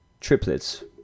triplets